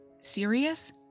serious